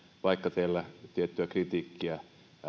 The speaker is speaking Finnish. vaikka teillä tiettyä kritiikkiä